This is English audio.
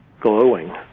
glowing